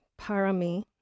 parami